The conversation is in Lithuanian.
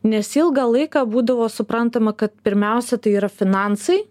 nes ilgą laiką būdavo suprantama kad pirmiausia tai yra finansai